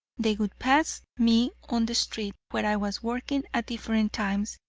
they would pass me on the street, where i was working at different times,